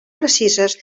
precises